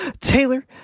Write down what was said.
Taylor